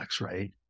right